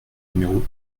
numéro